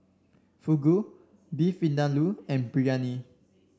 Fugu Beef Vindaloo and Biryani